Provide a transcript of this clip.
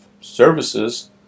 services